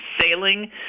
sailing